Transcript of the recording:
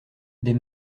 des